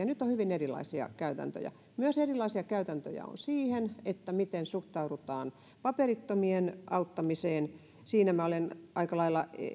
nyt on hyvin erilaisia käytäntöjä erilaisia käytäntöjä on myös siihen miten suhtaudutaan paperittomien auttamiseen siinä minä olen aika lailla